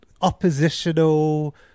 oppositional